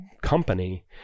company